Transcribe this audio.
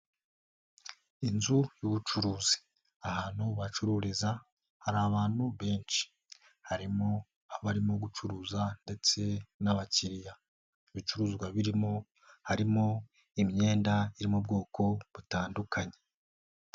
Inzu y'ubucuruzi. Ahantu bacururiza, hari abantu benshi. Harimo abarimo gucuruza ndetse n'abakiriya. Ibicuruzwa birimo, harimo imyenda iri mu bwoko butandukanye.